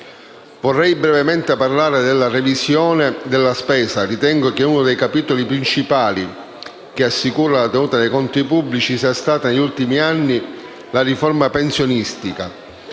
Vorrei brevemente parlare della revisione della spesa. Ritengo che uno dei capitoli principali che assicura la tenuta dei conti pubblici sia stato negli ultimi anni la riforma pensionistica: